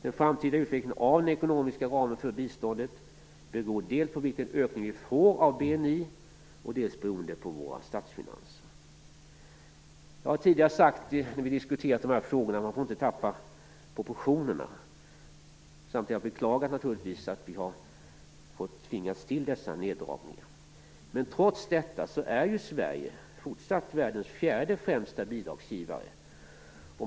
Den framtida utvecklingen beträffande den ekonomiska ramen för biståndet beror dels på hur mycket BNI ökar, dels på statsfinanserna. Jag har tidigare, när vi diskuterat dessa frågor, sagt att man inte får tappa proportionerna. Samtidigt beklagar jag naturligtvis att vi tvingats till dessa neddragningar. Trots det är Sverige fortsatt världens fjärde främsta bidragsgivare.